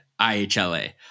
IHLA